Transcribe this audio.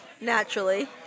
Naturally